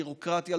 ביורוקרטיה,